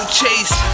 chase